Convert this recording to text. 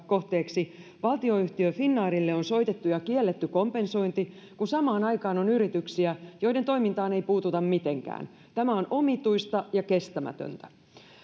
kohteeksi valtioyhtiö finnairille on soitettu ja kielletty kompensointi kun samaan aikaan on yrityksiä joiden toimintaan ei puututa mitenkään tämä on omituista ja kestämätöntä